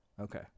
Okay